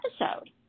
episode